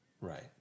Right